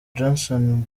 johnson